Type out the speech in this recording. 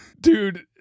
Dude